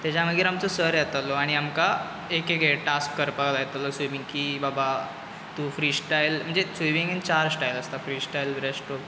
ताज्या मागीर आमचो सर येतालो आनी आमकां एक एक टास्क करपाक लायतालो स्विमींग की बाबा तूं फ्री स्टायल म्हणजे स्विमींगेन चार स्टायल आसता फ्री स्टायल रेस्ट्रो